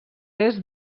est